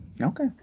Okay